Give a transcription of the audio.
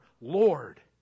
Lord